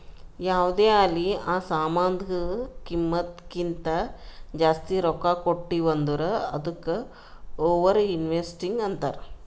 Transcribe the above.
ಯಾವ್ದೇ ಆಲಿ ಆ ಸಾಮಾನ್ದು ಕಿಮ್ಮತ್ ಕಿಂತಾ ಜಾಸ್ತಿ ರೊಕ್ಕಾ ಕೊಟ್ಟಿವ್ ಅಂದುರ್ ಅದ್ದುಕ ಓವರ್ ಇನ್ವೆಸ್ಟಿಂಗ್ ಅಂತಾರ್